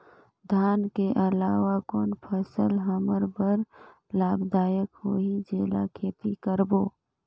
धान के अलावा कौन फसल हमर बर लाभदायक होही जेला खेती करबो?